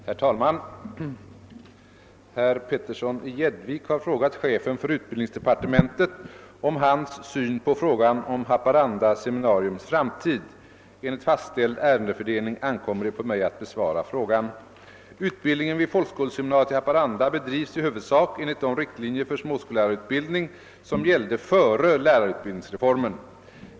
Herr talman! Herr Petersson i Gäddvik har frågat chefen för utbildningsdepartementet om hans syn på frågan om Haparanda seminariums framtid. Enligt fastställd ärendefördelning ankommer det på mig att besvara frågan. Utbildningen vid folkskoleseminariet i Haparanda bedrivs i huvudsak enligt de riktlinjer för småskollärarutbildning som gällde före lärarutbildningsreformen.